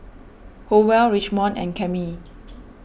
Howell Richmond and Cammie